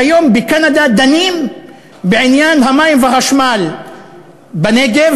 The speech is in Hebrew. והיום בקנדה דנים בעניין המים והחשמל בנגב.